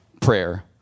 prayer